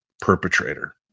perpetrator